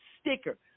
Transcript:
sticker